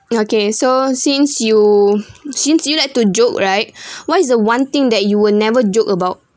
ya okay so since you since you like to joke right what is the one thing that you will never joke about